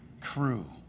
crew